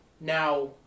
Now